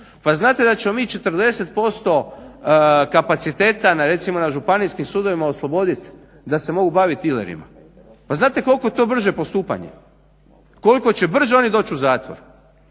Pa znate da ćemo mi 40% kapaciteta na recimo na Županijskim sudovima oslobodit da se mogu bavit dilerima. Pa znate koliko je to brže postupanje? Koliko će brže oni doći u zatvor?